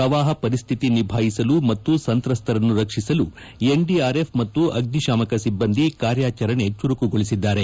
ಪ್ರವಾಹ ಪರಿಸ್ಥಿತಿ ನಿಭಾಯಿಸಲು ಮತ್ತು ಸಂತ್ರಸ್ತರನ್ನು ರಕ್ಷಿಸಲು ಎನ್ಡಿಆರ್ಎಫ್ ಮತ್ತು ಅಗ್ನಿ ಶಾಮಕ ಸಿಬ್ಬಂದಿ ಕಾರ್ಯಾಚರಣೆ ಚುರುಕುಗೊಳಿಸಿದ್ದಾರೆ